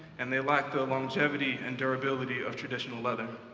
and they lack the longevity and durability of traditional leather.